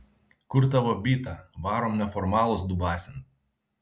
kur tavo byta varom neformalus dubasint